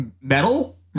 metal